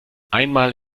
einmal